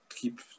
keep